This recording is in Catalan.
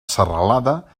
serralada